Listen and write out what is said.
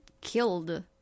killed